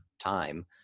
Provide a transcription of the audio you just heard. time